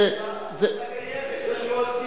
זה לא שהסכימו,